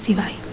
આ સિવાય